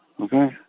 Okay